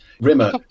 Rimmer